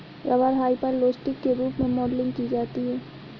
rubber hyperelastic के रूप में मॉडलिंग की जाती है